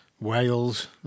Wales